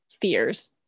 fears